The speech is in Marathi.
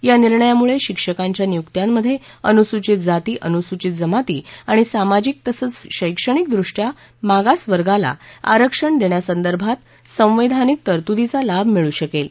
या निर्णयामुळे शिक्षकांच्या नियुक्त्यांमध्ये अनुसूचित जाती अनुसूचित जमाती आणि सामाजिक तसंच शैक्षणिक दृष्ट्या मागास वर्गाला आरक्षण देण्यासंदर्भात संवैधानिक तरतूदीचा लाभ मिळू शकेल